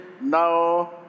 now